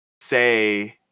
say